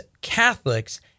Catholics